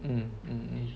mm mm mm